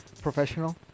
professional